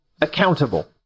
accountable